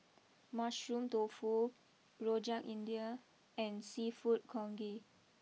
Mushroom Tofu Rojak India and Seafood Congee